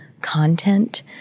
content